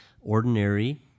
ordinary